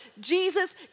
Jesus